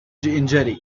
injury